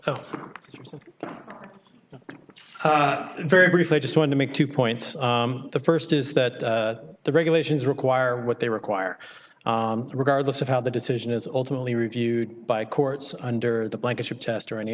oh very briefly just want to make two points the first is that the regulations require what they require regardless of how the decision is ultimately reviewed by courts under the blankets or test or any